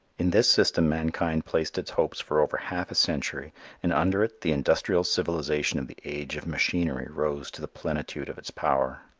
in this system mankind placed its hopes for over half a century and under it the industrial civilization of the age of machinery rose to the plenitude of its power.